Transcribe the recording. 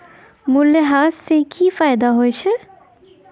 मूल्यह्रास से कि फायदा होय छै?